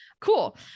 Cool